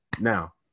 Now